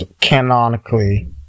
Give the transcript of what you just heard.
canonically